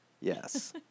Yes